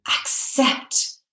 accept